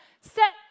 set